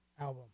album